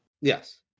Yes